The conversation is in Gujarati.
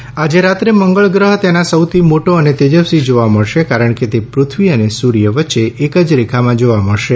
પ્લાન મંગળ આજે રાત્રે મંગળ ગ્રહ તેના સૌથી મોટો અને તેજસ્વી જોવા મળશે કારણ કે તે પૃથ્વી અને સૂર્ય વચ્ચે એક જ રેખામાં જોવા મળશે